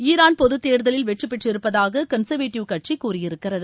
Iran பொது தேர்தலில் வெற்றி பெற்றிருப்பதாக கன்சர்வேட்டிவ் கட்சி கூறியிருக்கிறது